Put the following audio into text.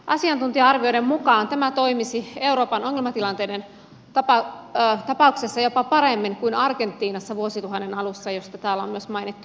asiantuntija arvioiden mukaan tämä toimisi euroopan ongelmatilanteiden tapauksessa jopa paremmin kuin argentiinassa vuosituhannen alussa josta täällä on myös mainittu